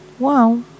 Wow